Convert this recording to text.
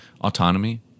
autonomy